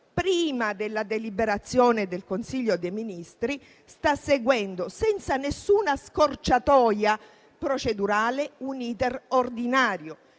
prima della deliberazione del Consiglio dei ministri, sta seguendo, senza nessuna scorciatoia procedurale, un *iter* ordinario.